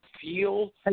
feel